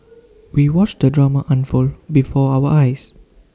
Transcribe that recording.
we watched the drama unfold before our eyes